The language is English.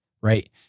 right